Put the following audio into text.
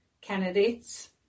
candidates